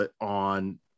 on